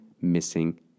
missing